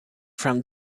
from